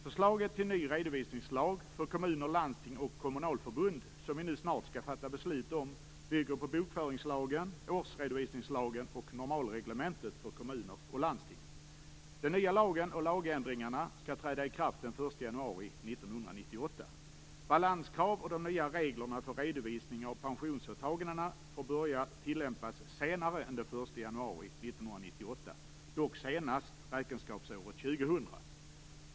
Förslaget till ny redovisningslag för kommuner, landsting och kommunalförbund, som vi nu snart skall fatta beslut om, bygger på bokföringslagen, årsredovisningslagen och normalreglementet för kommuner och landsting. Den nya lagen och lagändringarna skall träda i kraft den 1 januari 1998. Balanskrav och de nya reglerna för redovisning av pensionsåtagandena får börja tillämpas senare än den 1 januari 1998, dock senast räkenskapsåret 2000.